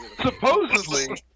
Supposedly